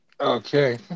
Okay